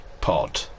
pod